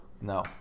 No